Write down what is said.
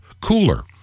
cooler